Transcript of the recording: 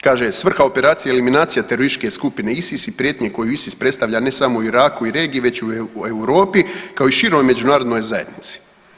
Kaže svrha operacije eliminacija terorističke skupine ISIS i prijetnje koju ISIS predstavlja ne samo u Iraku i regiji, već i u Europi kao i široj Međunarodnoj zajednici.